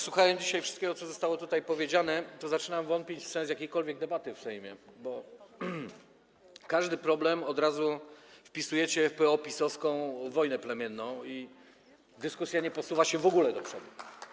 Słuchając dzisiaj tego wszystkiego, co zostało tutaj powiedziane, zaczynam wątpić w sens jakiejkolwiek debaty w Sejmie, bo każdy problem od razu wpisujecie w PO-PiS-owską wojnę plemienną i dyskusja nie posuwa się w ogóle do przodu.